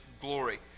glory